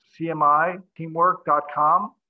cmiteamwork.com